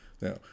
Now